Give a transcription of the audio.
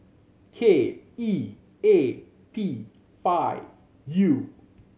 K E A P five U